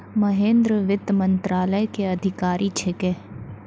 महेन्द्र वित्त मंत्रालय के अधिकारी छेकै